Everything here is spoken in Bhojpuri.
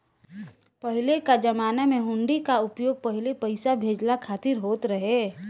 पहिले कअ जमाना में हुंडी कअ उपयोग पहिले पईसा भेजला खातिर होत रहे